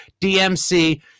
DMC